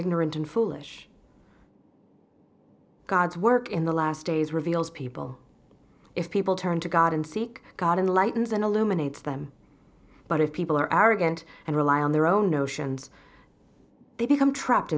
ignorant and foolish god's work in the last days reveals people if people turn to god and seek god in lightens and illuminates them but if people are arrogant and rely on their own notions they become trapped